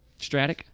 Stratic